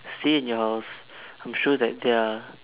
stay in your house I'm sure that there are